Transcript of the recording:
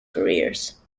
careers